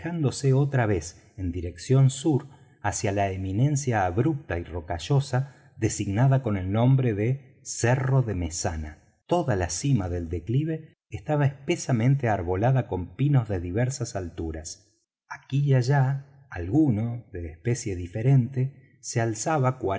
otra vez en dirección sur hacia la eminencia abrupta y rocallosa designada con el nombre de cerro de mesana toda la cima del declive estaba espesamente arbolada con pinos de diversas alturas aquí y allá alguno de especie diferente se alzaba